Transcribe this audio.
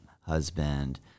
husband